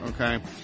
okay